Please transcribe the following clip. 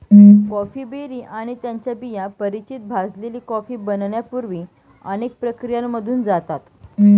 coffee berry आणि त्यांच्या बिया परिचित भाजलेली कॉफी बनण्यापूर्वी अनेक प्रक्रियांमधून जातात